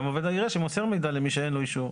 וגם עובד העירייה שמוסר מידע למי שאין לו אישור.